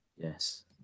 Yes